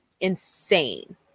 insane